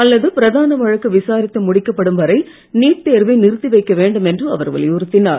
அல்லது பிரதான வழக்கு விசாரித்து முடிக்கப்படும் வரை நீட் தேர்வை நிறுத்தி வைக்கவேண்டும் என்று அவர் வலியுறுத்தியுள்ளார்